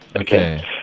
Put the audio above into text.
Okay